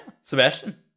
Sebastian